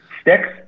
Sticks